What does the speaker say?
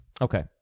Okay